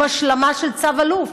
עם השלמה של צו אלוף,